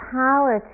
power